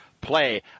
play